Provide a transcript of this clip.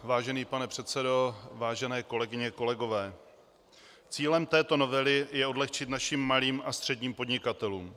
Vážený pane předsedo, vážené kolegyně, kolegové, cílem této novely je odlehčit našim malým a středním podnikatelům.